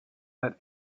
that